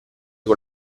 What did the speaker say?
con